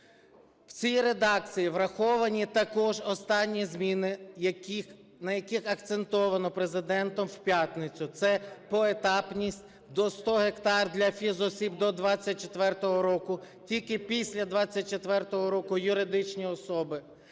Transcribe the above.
В цій редакції враховані також останні зміни, на яких акцентовано Президентом в п'ятницю. Це поетапність, до 100 гектарів для фізосіб до 24-го року, тільки після 24-го року – юридичні особи,